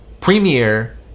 premiere